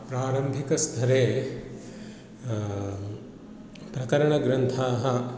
प्रारम्भिकस्तरे प्रकरणग्रन्थाः